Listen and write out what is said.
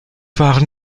waren